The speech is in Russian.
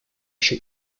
еще